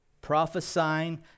prophesying